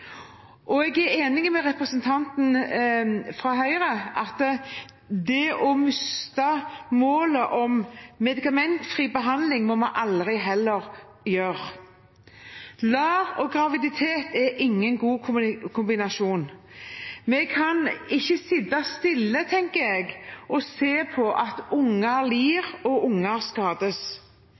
Jeg er enig med representanten fra Høyre i at vi aldri må miste målet om medikamentfri behandling. LAR og graviditet er ingen god kombinasjon. Vi kan ikke sitte stille og se på at unger lider og skades.